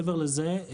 מעבר לזה,